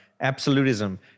absolutism